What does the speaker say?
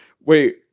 wait